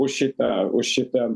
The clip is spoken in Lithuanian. už šitą už šitą